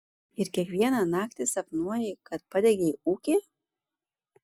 ir kiekvieną naktį sapnuoji kad padegei ūkį